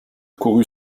courut